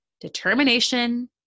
determination